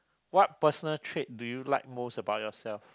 what personal trait do you like most about yourself